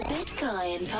Bitcoin